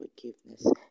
forgiveness